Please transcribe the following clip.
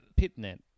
Pitnet